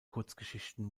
kurzgeschichten